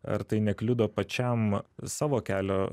ar tai nekliudo pačiam savo kelio